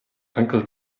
uncle